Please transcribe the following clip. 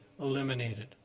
eliminated